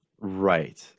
Right